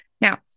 Now